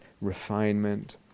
refinement